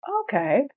Okay